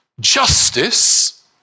justice